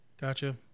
Gotcha